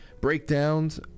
breakdowns